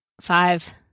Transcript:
five